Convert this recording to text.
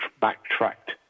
backtracked